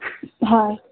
হয়